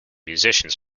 musicians